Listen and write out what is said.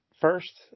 first